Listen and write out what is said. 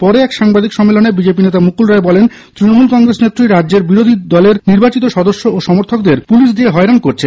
পরে এক সাংবাদিক সম্মেলনে বিজেপি নেতা মুকুল রায় বলেন তৃণমূল কংগ্রেস নেত্রী রাজ্যে বিরোধী দলের নির্বাচিত সদস্য ও সমর্থকদের পুলিশ দিয়ে হয়রান করছেন